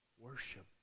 Worship